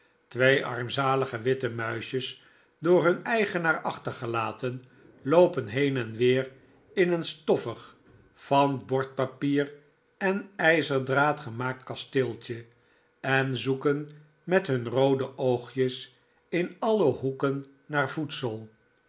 twee armzalige witte muisjes door hun eigenaar achtergelaten loopen heen en weer in een stoffig van bordpapier en ijzerdraad gemaakt kasteeltje en zoeken met hun roode oogjes in alle hoeken naar voedsel